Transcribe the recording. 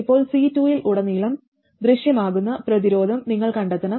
ഇപ്പോൾ C2 ൽ ഉടനീളം ദൃശ്യമാകുന്ന പ്രതിരോധം നിങ്ങൾ കണ്ടെത്തണം